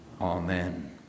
amen